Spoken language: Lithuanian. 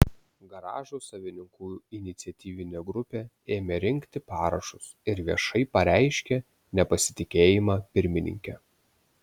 garažų savininkų iniciatyvinė grupė ėmė rinkti parašus ir viešai pareiškė nepasitikėjimą pirmininke